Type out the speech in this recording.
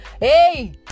hey